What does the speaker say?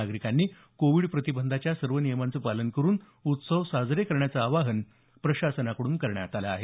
नागरिकांनी कोविड प्रतिबंधाच्या सर्व नियमांचं पालन करून उत्सव साजरे करण्याचं आवाहन प्रशासनाकडून करण्यात आलं आहे